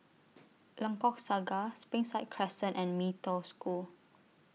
Lengkok Saga Springside Crescent and Mee Toh School